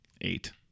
Eight